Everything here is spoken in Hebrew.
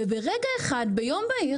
וברגע אחד ביום בהיר